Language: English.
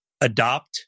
adopt